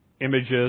images